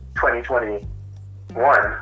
2021